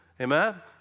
Amen